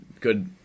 good